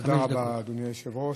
תודה רבה, אדוני היושב-ראש.